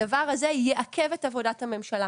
הדבר הזה יעכב את עבודת הממשלה.